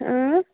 اۭں